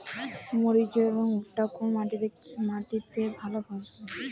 মরিচ এবং ভুট্টা কোন মাটি তে ভালো ফলে?